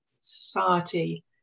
society